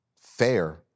fair